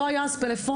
לא היו אז פלאפונים,